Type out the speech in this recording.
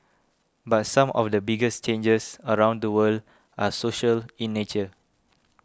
but some of the biggest changes around the world are social in nature